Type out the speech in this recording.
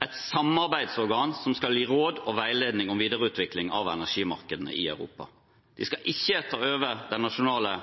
et samarbeidsorgan som skal gi råd og veiledning om videreutviklingen av energimarkedene i Europa. De skal ikke ta over den nasjonale